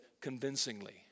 convincingly